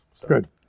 Good